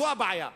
זו הבעיה.